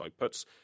outputs